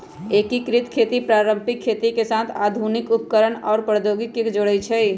एकीकृत खेती पारंपरिक खेती के साथ आधुनिक उपकरणअउर प्रौधोगोकी के जोरई छई